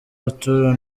arthur